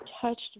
touched